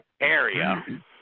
area